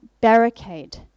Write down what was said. barricade